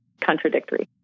contradictory